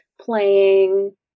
playing